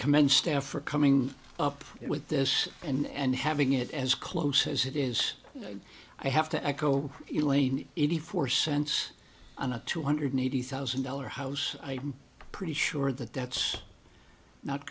commend staff are coming up with this and having it as close as it is i have to echo elaine eighty four cents on a two hundred eighty thousand dollar house i pretty sure that that's not